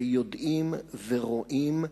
שיודעים ורואים.